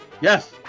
Yes